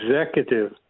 executive